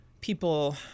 people